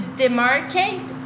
demarcate